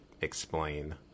explain